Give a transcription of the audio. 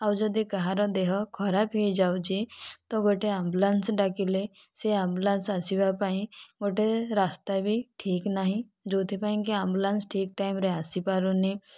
ଆଉ ଯଦି କାହାର ଦେହ ଖରାପ ହୋଇ ଯାଉଛି ତ ଗୋଟିଏ ଆମ୍ବୁଲାନ୍ସ ଡାକିଲେ ସେ ଆମ୍ବୁଲାନ୍ସ ଆସିବା ପାଇଁ ଗୋଟିଏ ରାସ୍ତା ବି ଠିକ୍ ନାହିଁ ଯେଉଁଥିପାଇଁ ଆମ୍ବୁଲାନ୍ସ ଠିକ୍ ଟାଇମ୍ରେ ଆସିପାରୁନି